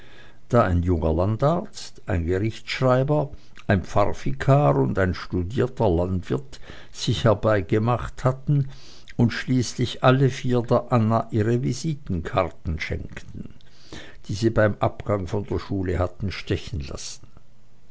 da ein junger landarzt ein gerichtsschreiber ein pfarrvikar und ein studierter landwirt sich herbeigemacht hatten und schließlich alle der anna ihre visitenkarten schenkten die sie beim abgang von der schule hatten stechen lassen